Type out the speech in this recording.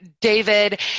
David